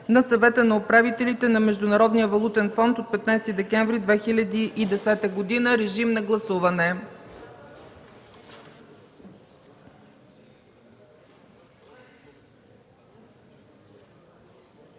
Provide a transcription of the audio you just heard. на Съвета на управителите на Международния валутен фонд от 15 декември 2010 г.” Режим на гласуване.